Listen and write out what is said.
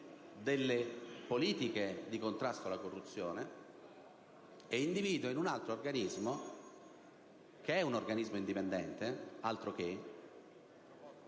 Grazie,